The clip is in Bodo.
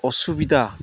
असुबिदा